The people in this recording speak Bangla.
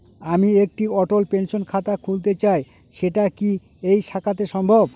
আমি একটি অটল পেনশন খাতা খুলতে চাই সেটা কি এই শাখাতে সম্ভব?